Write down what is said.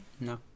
No